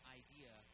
idea